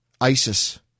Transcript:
ISIS